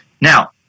Now